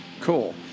Cool